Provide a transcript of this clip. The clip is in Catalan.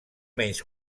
menys